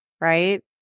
right